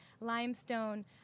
limestone